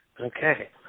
Okay